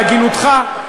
בהגינותך,